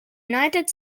united